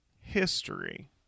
history